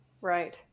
Right